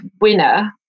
winner